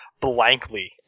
blankly